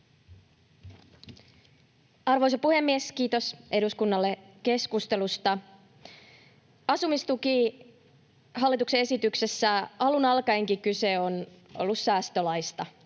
Arvoisa puhemies! Kiitos eduskunnalle keskustelusta. Asumistuki hallituksen esityksessä — alun alkaenkin kyse on ollut säästölaista,